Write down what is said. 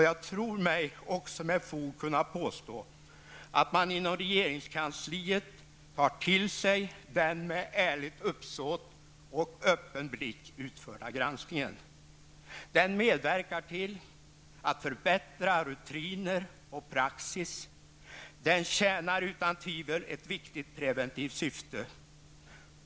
Jag tror mig också med fog kunna påstå att man inom regeringskansliet tar till sig den med ärligt uppsåt och öppen blick utförda granskningen. Den medverkar till att förbättra rutiner och praxis, och den tjänar utan tvivel ett viktigt preventivt syfte.